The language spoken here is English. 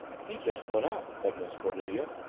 he just went out, said miss cornelia.